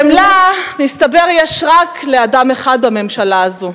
חמלה, מסתבר, יש רק לאדם אחד בממשלה הזו.